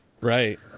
Right